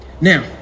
Now